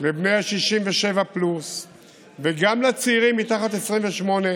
לבני 67 פלוס וגם לצעירים מתחת ל-28,